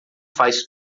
faz